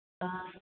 ꯑꯥ